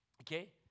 Okay